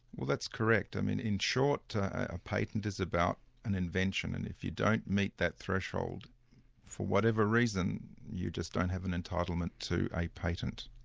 well that's correct. um in in short, a patent is about an invention, and if you don't meet that threshold for whatever reason, you just don't have an entitlement to a patent.